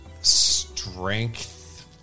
strength